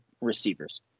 receivers